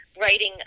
Writing